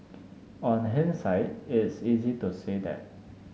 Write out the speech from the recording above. on hindsight it's easy to say that